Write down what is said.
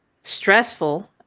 stressful